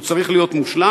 הוא צריך להיות מושלם.